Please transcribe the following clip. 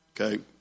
okay